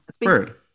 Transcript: Bird